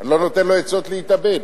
אני לא נותן לו עצות להתאבד.